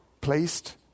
Placed